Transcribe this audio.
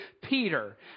Peter